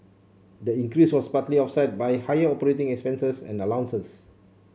the increase was partly offset by higher operating expenses and allowances